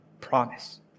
promise